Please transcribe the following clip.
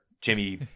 Jimmy